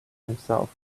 himself